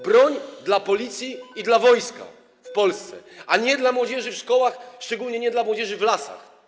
Broń dla Policji i wojska w Polsce, a nie dla młodzieży w szkołach, szczególnie nie dla młodzieży w lasach.